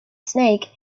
snake